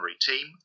team